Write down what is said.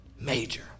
Major